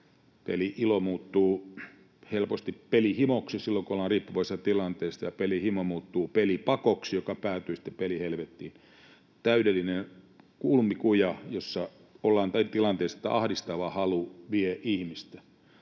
Peli-ilo muuttuu helposti pelihimoksi silloin, kun ollaan riippuvaisia tilanteesta, ja pelihimo muuttuu pelipakoksi, joka päätyy sitten pelihelvettiin. Täydellinen umpikuja, jossa ollaan tilanteessa, että ahdistava halu vie ihmistä.